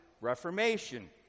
reformation